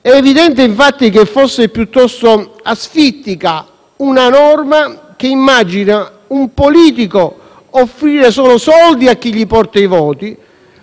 È evidente, infatti, che fosse piuttosto asfittica una norma che immagina un politico offrire solo soldi a chi gli porta i voti,